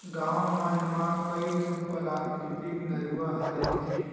गाँव मन म कइठन पराकिरितिक नरूवा ह रहिथे